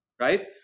Right